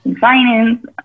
finance